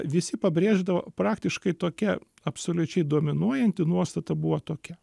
visi pabrėždavo praktiškai tokia absoliučiai dominuojanti nuostata buvo tokia